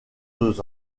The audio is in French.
deux